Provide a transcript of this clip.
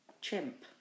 chimp